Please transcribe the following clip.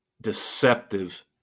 deceptive